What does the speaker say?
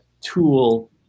tool